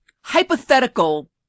hypothetical